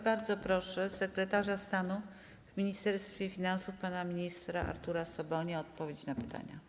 Bardzo proszę sekretarza stanu w Ministerstwie Finansów, pana ministra Artura Sobonia o odpowiedź na pytania.